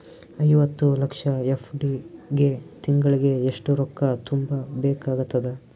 ಐವತ್ತು ಲಕ್ಷ ಎಫ್.ಡಿ ಗೆ ತಿಂಗಳಿಗೆ ಎಷ್ಟು ರೊಕ್ಕ ತುಂಬಾ ಬೇಕಾಗತದ?